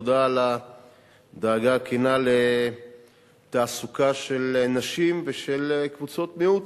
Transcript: תודה על הדאגה הכנה לתעסוקה של נשים ושל קבוצות מיעוט.